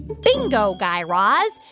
bingo, guy raz.